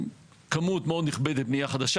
כמות מאוד נכבדת בנייה חדשה.